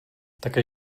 také